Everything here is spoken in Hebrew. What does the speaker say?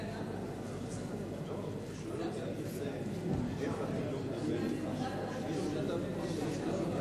אני מזמין את חבר הכנסת